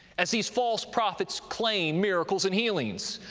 as these false prophets claim miracles and healings.